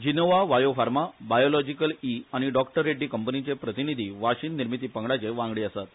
जिनोवा वायोफार्मा बायोलॉजिकल ई आनी डॉक्टर रेड्डी कंपनीचे प्रतिनिधी वाशीन निर्मिती पंगडाचे वांगडी आसात